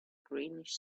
greenish